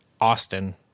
Austin